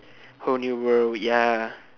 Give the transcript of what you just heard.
whole new world ya